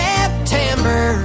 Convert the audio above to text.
September